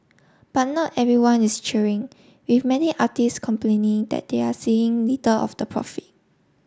but not everyone is cheering with many artists complaining that they are seeing little of the profit